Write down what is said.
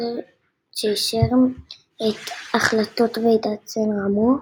שאשרר את החלטות ועידת סן רמו,